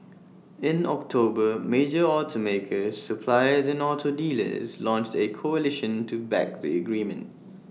in October major automakers suppliers and auto dealers launched A coalition to back the agreement